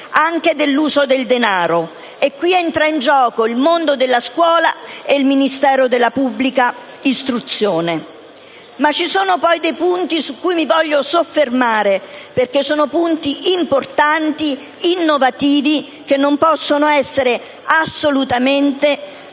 all'uso del denaro: e qui entra in gioco anche il mondo della scuola e il Ministero dell'istruzione. Ci sono poi dei punti sui quali voglio soffermarmi, perché sono importanti e innovativi, e non possono essere assolutamente